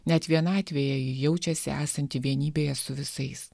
net vienatvėje ji jaučiasi esanti vienybėje su visais